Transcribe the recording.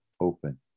Open